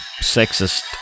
sexist